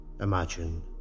imagine